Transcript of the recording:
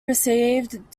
received